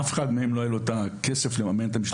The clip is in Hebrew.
לאף אחד לא היה את הכסף לממן את המשלחות.